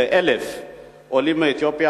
כ-1,000 עולים מאתיופיה,